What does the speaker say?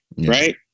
right